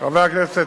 מה ההבדל.